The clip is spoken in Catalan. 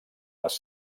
les